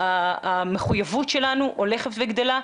המחויבות שלנו הולכת וגדלה,